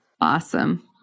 Awesome